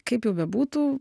kaip jau bebūtų